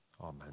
Amen